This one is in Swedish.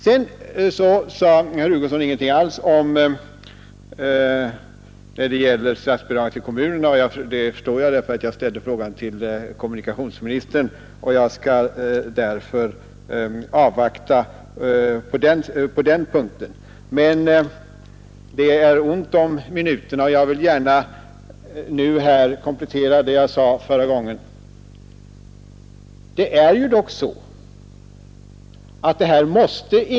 Herr Hugosson sade ingenting alls om statsbidragen till kommunerna. Det förstår jag därför att jag ställde frågan till kommunikationsministern. Det är emellertid ont om minuterna, och jag vill nu gärna komplettera vad jag sade förra gången jag var uppe.